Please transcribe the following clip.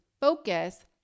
focus